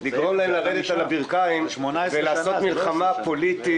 לגרום להם לרדת על הברכיים ולעשות מלחמה פוליטית,